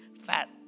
fat